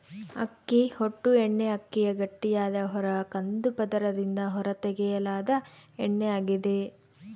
ಅಕ್ಕಿ ಹೊಟ್ಟು ಎಣ್ಣೆಅಕ್ಕಿಯ ಗಟ್ಟಿಯಾದ ಹೊರ ಕಂದು ಪದರದಿಂದ ಹೊರತೆಗೆಯಲಾದ ಎಣ್ಣೆಯಾಗಿದೆ